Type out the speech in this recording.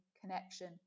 connection